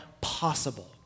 possible